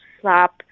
slap